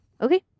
Okay